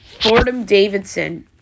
Fordham-Davidson